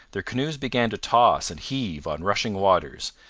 their canoes began to toss and heave on rushing waters,